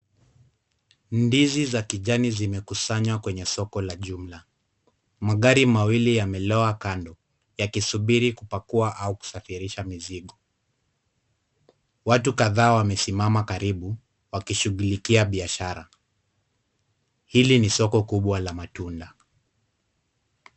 Ndizi za kijani zimekusanywa kwenye soko la jumla, magari mawili yamelowa kando, yakisubiri kupakua au kusafirisha mizigo, watu kadhaa wamesimama karibu, wakishugulikia biashara, hili ni soko kubwa la matunda.